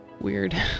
weird